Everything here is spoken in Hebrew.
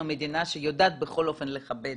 מדינה שיודעת בכל אופן לכבד